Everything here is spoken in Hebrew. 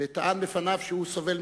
וצריך לכבד את כל